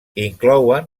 inclouen